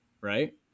right